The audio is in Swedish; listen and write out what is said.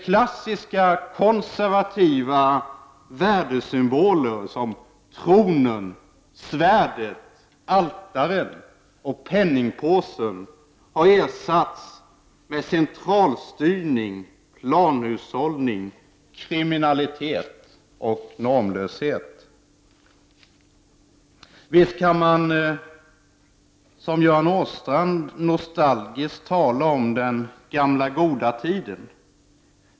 Klassiskt konservativa värdesymboler som tronen, svärdet, altaret och penningpåsen har ersatts med centralstyrning, planhushållning, kriminalitet och normlöshet. Visst kan man, som Göran Åstrand, nostalgiskt tala om den gamla goda tiden.